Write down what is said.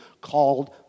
called